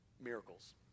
Miracles